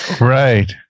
Right